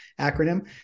acronym